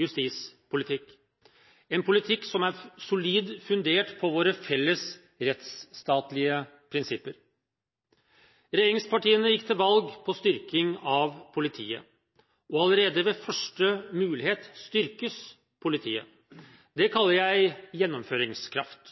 justispolitikk, en politikk som er solid fundert på våre felles rettsstatlige prinsipper. Regjeringspartiene gikk til valg på styrking av politiet, og allerede ved første mulighet styrkes politiet. Det kaller jeg gjennomføringskraft.